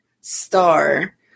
star